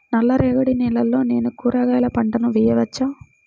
నల్ల రేగడి నేలలో నేను కూరగాయల పంటను వేయచ్చా?